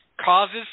causes